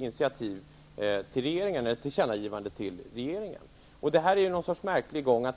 skall göra ett tillkännagivande till regeringen. Detta är någon sorts märklig gång.